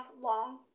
long